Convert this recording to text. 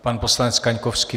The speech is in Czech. Pan poslanec Kaňkovský.